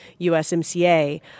USMCA